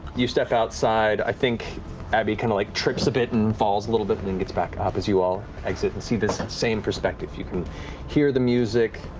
you step outside, i think abby kind of like trips a bit and falls a little bit and then gets back up as you all exit and see this same perspective. you can hear the music,